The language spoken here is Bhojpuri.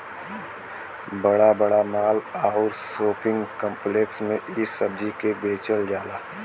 बड़ा बड़ा माल आउर शोपिंग काम्प्लेक्स में इ सब्जी के बेचल जाला